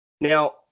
Now